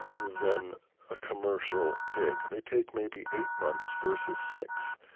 than a commercial pig. they take maybe eight months versus six.